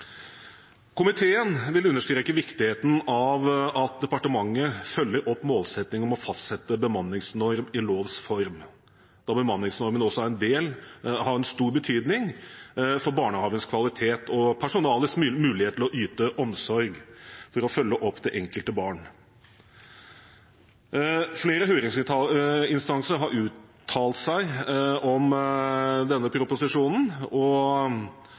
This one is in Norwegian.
Komiteen vil understreke viktigheten av at departementet følger opp målsettingen om å fastsette bemanningsnorm i lovs form, da bemanningsnormen også har en stor betydning for barnehagens kvalitet og personalets mulighet til å yte omsorg for å følge opp det enkelte barn. Flere høringsinstanser har uttalt seg om denne proposisjonen, og